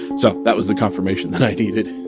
so that was the confirmation that i needed